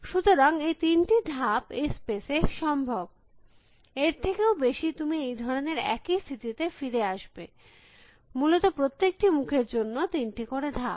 সুতরাং এই তিনটি ধাপ এই স্পেস এ সম্ভব এর থেকেও বেশী তুমি এই ধরনের একই স্থিতিতে ফিরে আসবে মূলত প্রত্যেকটি মুখের জন্য তিনটি করে ধাপ